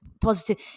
positive